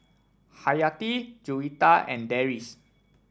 Haryati Juwita and Deris